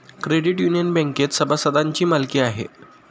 credit union बँकेत सभासदांची मालकी आहे